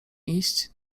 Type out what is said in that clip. iść